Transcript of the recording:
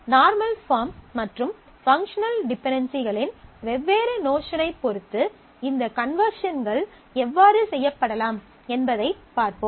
normal form மற்றும் functional டிபென்டென்சிகளின் வெவ்வேறு நோஷனைப் பொறுத்து இந்த கன்வெர்ஷன்கள் எவ்வாறு செய்யப்படலாம் என்பதைப் பார்ப்போம்